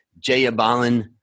Jayabalan